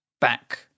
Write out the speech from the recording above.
back